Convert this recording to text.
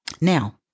Now